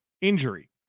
injury